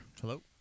Hello